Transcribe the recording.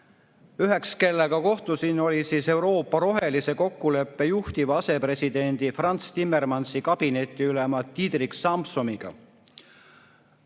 Üheks, kellega kohtusin, oli Euroopa rohelise kokkuleppe juhtiva asepresidendi Frans Timmermansi kabinetiülem Diederik Samsom.